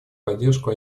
поддержку